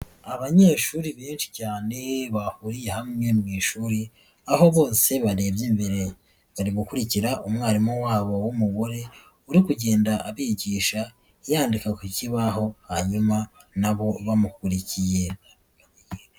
Abanyeshuri benshi cyane bahuriye hamwe mu ishuri, aho bose barebye mbere. Bari gukurikira umwarimu wabo w'umugore, uri kugenda abigisha yandika ku kibaho hanyuma na bo bamukurikiye.